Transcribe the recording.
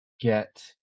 Get